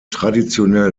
traditionell